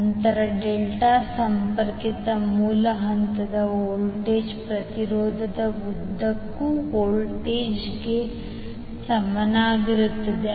ನಂತರ ಡೆಲ್ಟಾ ಸಂಪರ್ಕಿತ ಮೂಲದ ಹಂತದ ವೋಲ್ಟೇಜ್ ಪ್ರತಿರೋಧದ ಉದ್ದಕ್ಕೂ ವೋಲ್ಟೇಜ್ಗೆ ಸಮಾನವಾಗಿರುತ್ತದೆ